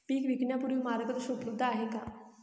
पीक विकण्यापूर्वी मार्गदर्शन उपलब्ध आहे का?